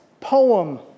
poem